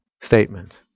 statement